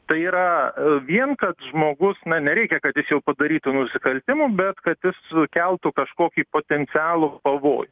tai yra vien kad žmogus na nereikia kad jis jau padarytų nusikaltimų bet kad jis keltų kažkokį potencialų pavo